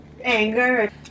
anger